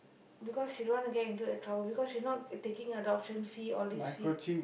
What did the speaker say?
because she don't want to get into a trouble because she's not taking adoption fee all this fees